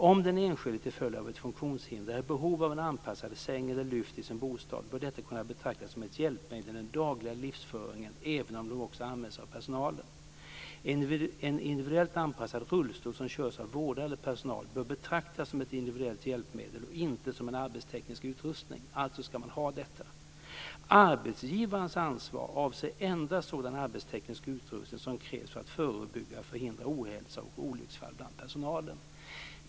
Om den enskilde till följd av ett funktionshinder är i behov av en anpassad säng eller lyft i sin bostad bör detta kunna betraktas som ett hjälpmedel i den dagliga livsföringen även om de också används av personalen. En individuellt anpassad rullstol som körs av vårdare eller personal bör betraktas som ett individuellt hjälpmedel och inte som en arbetsteknisk utrustning. Alltså ska man ha det. Arbetsgivarens ansvar avser endast sådan arbetsteknisk utrustning som krävs för att förebygga och förhindra ohälsa och olycksfall bland personalen.